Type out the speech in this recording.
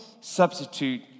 substitute